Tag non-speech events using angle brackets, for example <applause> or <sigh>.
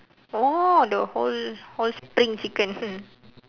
oh the whole whole spring chicken <laughs>